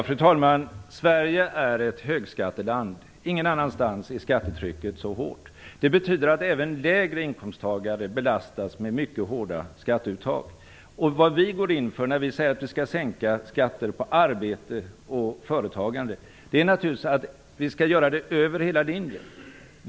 Fru talman! Sverige är ett högskatteland. Ingen annanstans är skattetrycket så hårt. Det betyder att även människor med lägre inkomster belastas med mycket hårda skatteuttag. Vad vi går in för, när vi säger att vi skall sänka skatter på arbete och företagande, är naturligtvis att vi skall göra det över hela linjen.